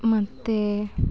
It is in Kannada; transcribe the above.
ಮತ್ತು